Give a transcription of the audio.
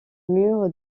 mur